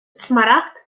смарагд